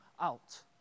out